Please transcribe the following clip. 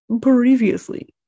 previously